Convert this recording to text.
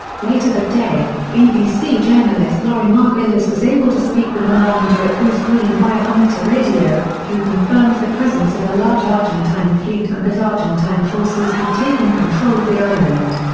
later that day, bbc journalist laurie margolis was able to speak with an islander at goose green via amateur radio, who confirmed the presence of a large argentine fleet and that argentine forces had taken control of the island.